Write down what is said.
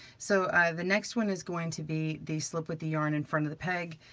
so the next one is going to be the slip with the yarn in front of the peg.